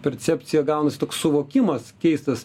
percepcija gaunasi toks suvokimas keistas